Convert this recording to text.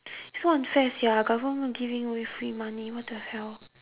so unfair sia government giving away free money what the hell